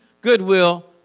goodwill